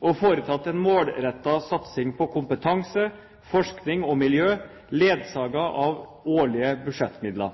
og foretatt en målrettet satsing på kompetanse, forskning og miljø ledsaget av årlige budsjettmidler.